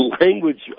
language